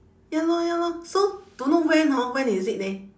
ya lor ya lor so don't know when hor when is it leh